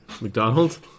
McDonald's